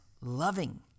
loving